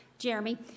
Jeremy